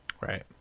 Right